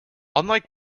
unlike